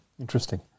Interesting